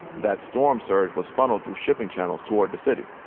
that storm surge was funneled through shipping channels toward the city.